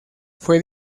fue